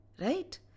right